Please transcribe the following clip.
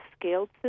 scaled